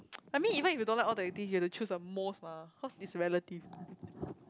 I mean even if you don't like all the activities you have to choose the most mah cause it's reality